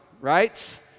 right